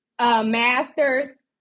Masters